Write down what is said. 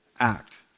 act